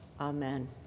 Amen